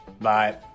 Bye